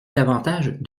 davantage